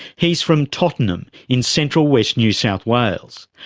he's from tottenham in central west new south wales.